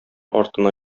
артына